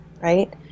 right